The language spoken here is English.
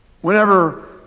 whenever